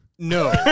No